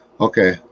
okay